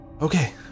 Okay